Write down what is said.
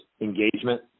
engagement